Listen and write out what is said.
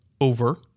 over